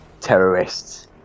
terrorists